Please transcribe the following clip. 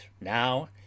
NOW